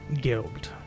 guild